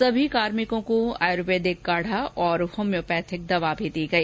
सभी कार्मिकों को आयुर्वेदिक काढा तथा होम्योपैथिक दवा भी दी गई